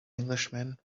englishman